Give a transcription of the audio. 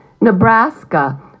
Nebraska